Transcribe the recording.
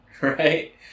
right